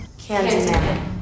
Candyman